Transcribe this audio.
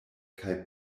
kaj